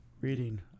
Reading